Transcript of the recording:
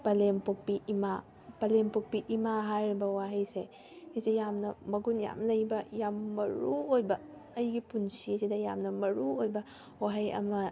ꯄꯂꯦꯝ ꯄꯣꯛꯄꯤ ꯏꯃꯥ ꯄꯂꯦꯝ ꯄꯣꯛꯄꯤ ꯏꯃꯥ ꯍꯥꯏꯔꯤꯕ ꯋꯥꯍꯩꯁꯦ ꯁꯤꯁꯦ ꯌꯥꯝꯅ ꯃꯒꯨꯟ ꯌꯥꯝ ꯂꯩꯕ ꯌꯥꯝ ꯃꯔꯨꯑꯣꯏꯕ ꯑꯩꯒꯤ ꯄꯨꯟꯁꯤꯁꯤꯗ ꯌꯥꯝꯅ ꯃꯔꯨꯑꯣꯏꯕ ꯋꯥꯍꯩ ꯑꯃ